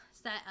set